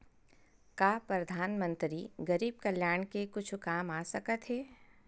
का परधानमंतरी गरीब कल्याण के कुछु काम आ सकत हे